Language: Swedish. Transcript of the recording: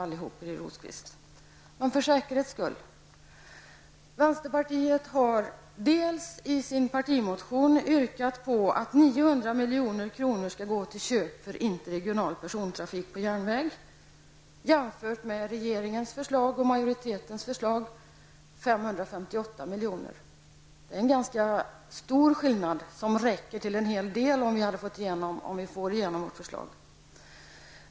För säkerhets skull skall jag redogöra för våra förslag. Vänsterpartiet har i sin partimotion yrkat på att 900 milj.kr. skall gå till köp av interregional persontrafik på järnväg, jämfört med regeringens och majoritetens förslag på 558 milj.kr. Det är en ganska stor skillnad. Om vi får igenom vårt förslag räcker mellanskillnaden till en hel del.